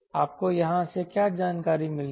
आपको यहां से क्या जानकारी मिलेगी